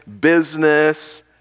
business